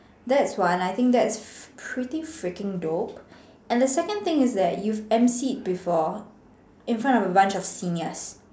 that's one I think that's pretty freaking dope and the other thing is that you have emceed before in front of a bunch of seniors